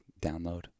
download